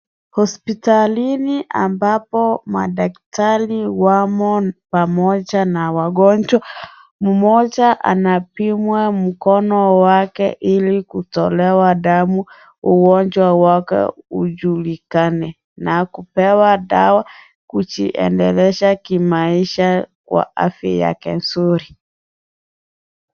Hospitalini ambapo madaktari wamo pamoja na wagonjwa. Mmoja anapimwa mkono wake ili kutolewa damu ugonjwa wake ujulikane. Na kupewa dawa kujiendeleza kimaisha kwa afya yake nzuri.